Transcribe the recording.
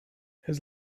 his